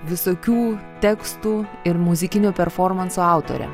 visokių tekstų ir muzikinių performansų autorė